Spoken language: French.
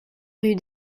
rue